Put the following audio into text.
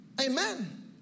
Amen